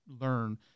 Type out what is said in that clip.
learn